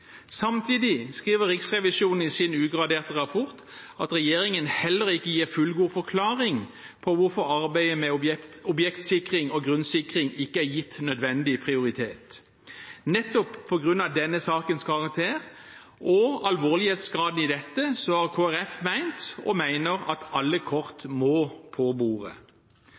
Samtidig skriver Riksrevisjonen i sin ugraderte rapport at regjeringen heller ikke gir fullgod forklaring på hvorfor arbeidet med objektsikring og grunnsikring ikke er gitt nødvendig prioritet. Nettopp på grunn av denne sakens karakter, og alvorlighetsgraden i dette, har Kristelig Folkeparti ment – og mener – at alle kort må på bordet.